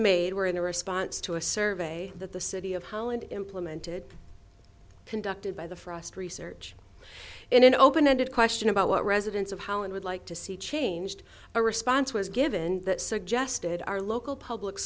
made were in a response to a survey that the city of holland implemented conducted by the frost research in an open ended question about what residents of holland would like to see changed a response was given that suggested our local public